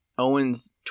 owens